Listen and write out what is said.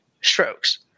strokes